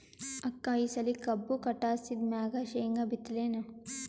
ಅಕ್ಕ ಈ ಸಲಿ ಕಬ್ಬು ಕಟಾಸಿದ್ ಮ್ಯಾಗ, ಶೇಂಗಾ ಬಿತ್ತಲೇನು?